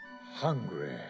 hungry